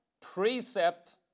precept